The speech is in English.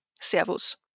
servus